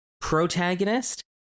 protagonist